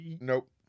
Nope